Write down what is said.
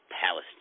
Palestine